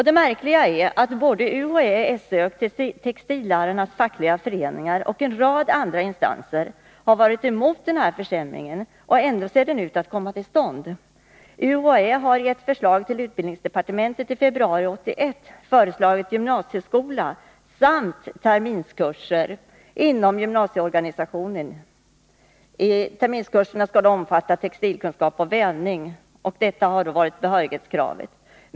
Det märkliga är att såväl UHÄ som SÖ och textillärarnas fackliga föreningar och en rad andra instanser har varit emot denna försämring, men ändå ser den ut att komma till stånd. UHÄ har i februari 1981 föreslagit utbildningsdepartementet att gymnasieskola samt terminskurser inom gymnasieorganisationen skulle krävas för behörighet. Terminskurserna skulle omfatta textilkunskap och vävning.